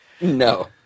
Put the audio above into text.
No